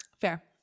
Fair